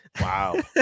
Wow